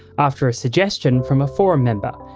after a suggestion from a forum member,